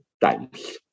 times